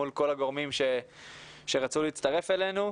מול כל הגורמים שרצו להצטרף אלינו.